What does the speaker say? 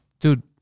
Dude